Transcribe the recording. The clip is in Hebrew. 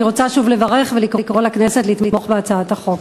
אני רוצה שוב לברך ולקרוא לכנסת לתמוך בהצעת החוק.